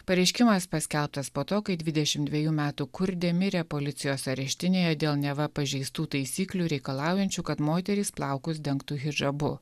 pareiškimas paskelbtas po to kai dvidešimt dvejų metų kurdė mirė policijos areštinėje dėl neva pažeistų taisyklių reikalaujančių kad moterys plaukus dengtų hidžabu